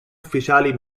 ufficiali